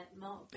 Mark